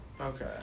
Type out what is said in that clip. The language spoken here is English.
Okay